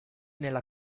nella